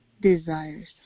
desires